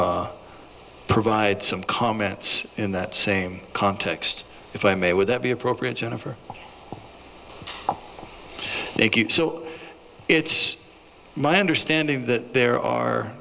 provide some comments in that same context if i may would that be appropriate jennifer so it's my understanding that there are